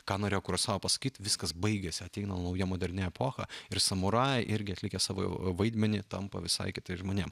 ką norėjo kurasava pasakyt viskas baigiasi ateina nauja moderni epocha ir samurajai irgi atlikę savo jau vaidmenį tampa visai kitais žmonėm